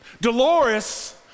Dolores